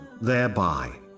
thereby